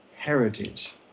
heritage